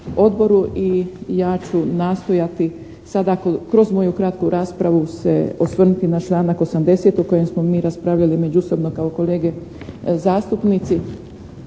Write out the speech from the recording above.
i ja ću nastojati sada kroz moju kratku raspravu se osvrnuti na članak 80. o kojem smo mi raspravljali međusobno kao kolege zastupnici